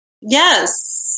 Yes